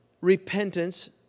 repentance